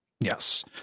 Yes